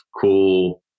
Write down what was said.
cool